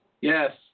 Yes